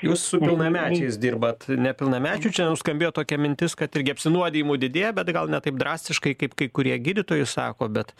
jūs su pilnamečiais dirbat nepilnamečių čia nuskambėjo tokia mintis kad irgi apsinuodijimų didėja bet gal ne taip drastiškai kaip kai kurie gydytojai sako bet